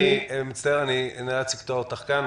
אביה, אני מצטער, אני נאלץ לקטוע אותך כאן.